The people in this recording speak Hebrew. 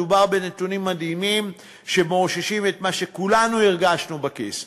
מדובר בנתונים מדהימים שמאששים את מה שכולנו הרגשנו בכיס.